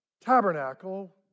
tabernacle